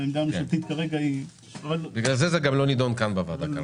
והעמדה הממשלתית כרגע -- זה גם לא נידון כאן בוועדה.